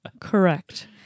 Correct